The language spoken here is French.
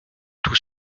tout